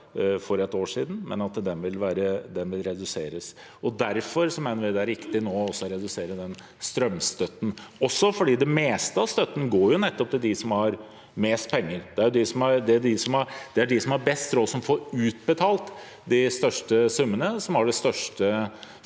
for ett år siden, men at den vil reduseres. Derfor mener vi det er riktig nå også å redusere strømstøtten, også fordi det meste av støtten nettopp går til dem som har mest penger. Det er de som har best råd, som får utbetalt de største summene, fordi de har det største